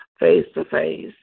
face-to-face